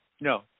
No